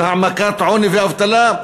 של העמקת העוני והאבטלה,